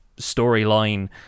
storyline